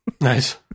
Nice